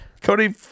Cody